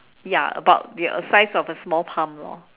ya about the w~ size of a small palm lor